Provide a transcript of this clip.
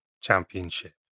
championship